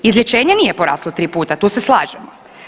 Izlječenje nije poraslo 3 puta, tu se slažemo.